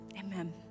Amen